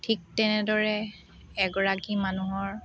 ঠিক তেনেদৰে এগৰাকী মানুহৰ